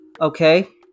Okay